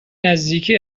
نزدیکی